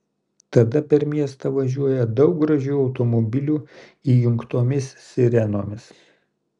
tada per miestą važiuoja daug gražių automobilių įjungtomis sirenomis